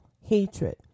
hatred